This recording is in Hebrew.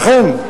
לכן,